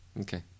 Okay